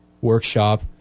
workshop